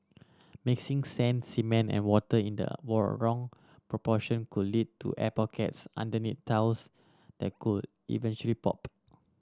mixing sand cement and water in the war wrong proportion could lead to air pockets underneath tiles that could eventually pop